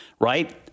right